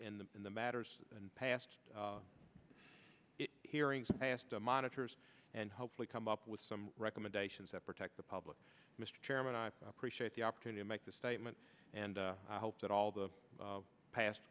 in the in the matters and past hearings past the monitors and hopefully come up with some recommendations that protect the public mr chairman i appreciate the opportunity to make the statement and i hope that all the past